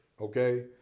Okay